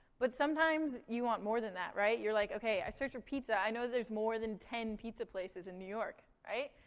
but sometimes you want more than that, right? you're like, okay, i searched for pizza. i know that there's more than ten pizza places in new york. right?